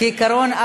כעיקרון,